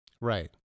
Right